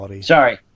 Sorry